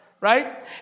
Right